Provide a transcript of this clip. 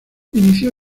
inició